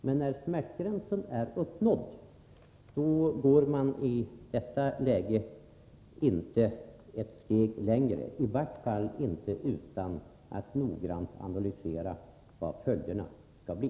Men när smärtgränsen är nådd går man i detta läge inte ett steg längre, i varje fall inte utan att noggrant analysera vilka följderna kan bli.